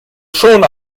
schon